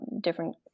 different